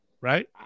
right